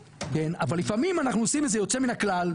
אבל לפעמים אנחנו עושים איזה יוצא מן הכלל.